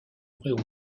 aurait